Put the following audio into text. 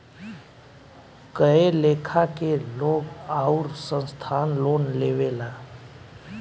कए लेखा के लोग आउर संस्थान लोन लेवेला